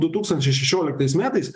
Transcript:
du tūkstančiai šešioliktais metais